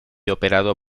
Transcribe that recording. operado